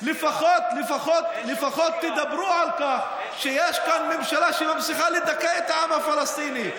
לפחות תדברו על כך שיש כאן ממשלה שמצליחה לדכא את העם הפלסטיני.